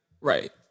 Right